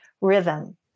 rhythm